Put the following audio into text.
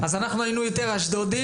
אנחנו היינו אשדודיים,